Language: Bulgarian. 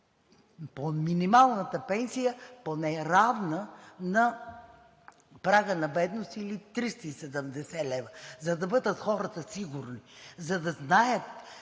минималната пенсия поне равна на прага на бедност или 370 лв., за да бъдат хората сигурни, за да знаят,